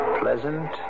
pleasant